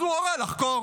אז הוא הורה לחקור.